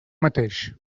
mateix